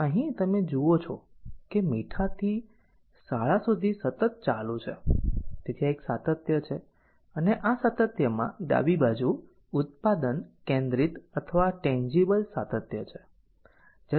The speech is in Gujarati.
તો અહીં તમે જુઓ છો કે મીઠાથી શાળા સુધી સતત ચાલુ છે તેથી આ એક સાતત્ય છે અને આ સાતત્યમાં ડાબી બાજુ ઉત્પાદન કેન્દ્રિત અથવા ટેન્જીબલ સાતત્ય છે